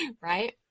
Right